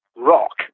rock